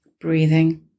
breathing